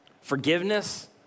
forgiveness